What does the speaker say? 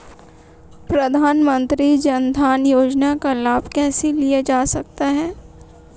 प्रधानमंत्री जनधन योजना का लाभ कैसे लिया जा सकता है?